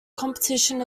competition